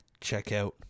checkout